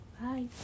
bye